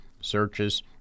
Searches